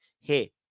hey